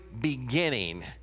beginning